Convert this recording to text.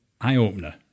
eye-opener